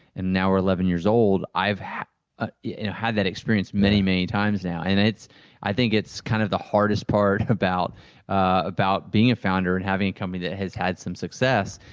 and now we're eleven years old, i've had ah you know had that experience many, many times now. and i think it's kind of the hardest part about about being a founder and having a company that has had some success,